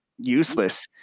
useless